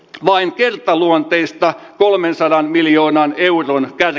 vain kertaluonteista kolmeensataan miljoonaan euroon eli